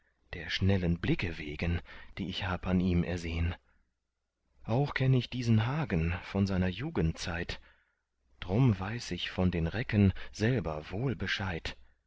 der schnellen blicke wegen die ich hab an ihm ersehn auch kenn ich diesen hagen von seiner jugendzeit drum weiß ich von den recken selber